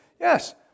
Yes